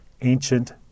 ancient